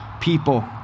people